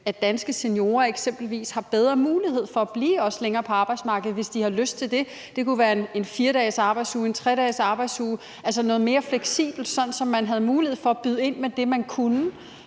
at danske seniorer eksempelvis har bedre mulighed for at blive længere på arbejdsmarkedet, hvis de har lyst til det. Det kunne være en 4-dages eller 3-dages arbejdsuge, altså noget mere fleksibilitet, sådan at man havde mulighed for at byde ind med det, man kunne